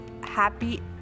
happy